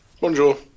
Bonjour